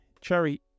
cherry